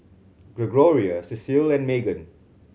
Gregoria Cecile and Magan